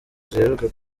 ziheruka